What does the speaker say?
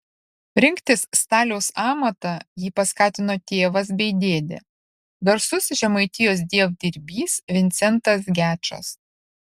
rinktis staliaus amatą jį paskatino tėvas bei dėdė garsus žemaitijos dievdirbys vincentas gečas